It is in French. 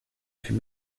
fut